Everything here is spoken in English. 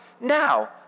Now